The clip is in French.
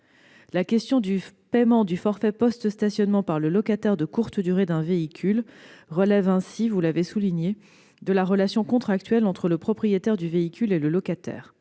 La question du paiement du forfait post-stationnement par le locataire de courte durée d'un véhicule relève donc de la relation contractuelle entre le propriétaire du véhicule et le locataire.